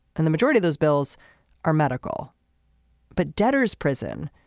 and the majority of those bills are medical but debtors prison.